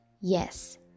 Yes